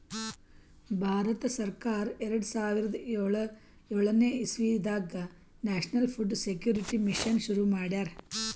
ಭಾರತ ಸರ್ಕಾರ್ ಎರಡ ಸಾವಿರದ್ ಯೋಳನೆ ಇಸವಿದಾಗ್ ನ್ಯಾಷನಲ್ ಫುಡ್ ಸೆಕ್ಯೂರಿಟಿ ಮಿಷನ್ ಶುರು ಮಾಡ್ಯಾರ್